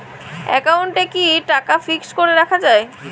একাউন্টে কি টাকা ফিক্সড করে রাখা যায়?